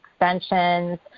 extensions